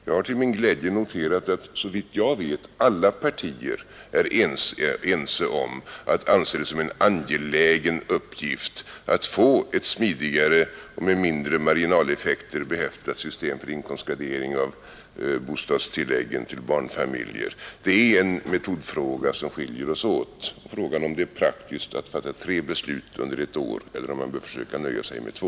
Jag har till min glädje noterat att såvitt jag vet alla partier är ense om att anse det som en angelägen uppgift att få ett smidigare och med mindre marginaleffekter behäftat system för inkomstgradering av bostadstilläggen till barnfamiljer. Det är en metodfråga som skiljer oss åt och frågan om huruvida det är praktiskt att fatta tre beslut under ett år eller om man skall försöka nöja sig med två.